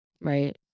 Right